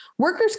Workers